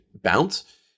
bounce